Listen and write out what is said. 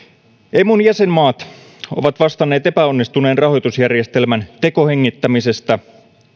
emun jäsenmaat ovat vastanneet epäonnistuneen rahoitusjärjestelmän tekohengittämisestä